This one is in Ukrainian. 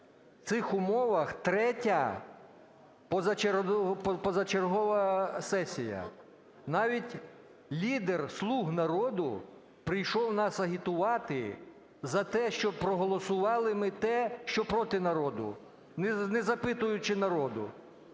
в цих умовах третя позачергова сесія. Навіть лідер "слуг народу" прийшов нас агітувати за те, щоб проголосували ми те, що проти народу, не запитуючи народу.